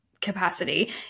capacity